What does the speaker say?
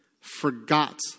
Forgot